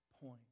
point